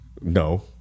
No